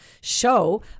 show